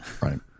Right